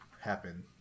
happen